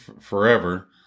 forever